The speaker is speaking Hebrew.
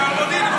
והמודיעין,